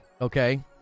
okay